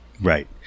Right